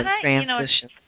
transition